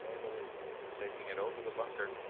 ah unbelievable. taking it over the bunker.